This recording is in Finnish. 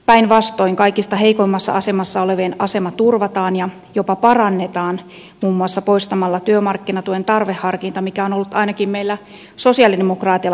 päinvastoin kaikista heikoimmassa asemassa olevien asema turvataan ja jopa parannetaan muun muassa poistamalla työmarkkinatuen tarveharkinta mikä on ollut ainakin meillä sosialidemokraateilla pitkäaikainen tavoite